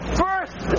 first